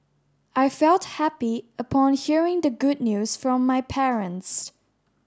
I felt happy upon hearing the good news from my parents